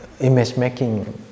image-making